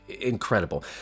incredible